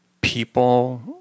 people